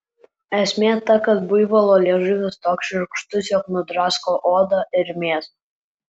esmė ta kad buivolo liežuvis toks šiurkštus jog nudrasko odą ir mėsą